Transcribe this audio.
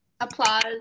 applause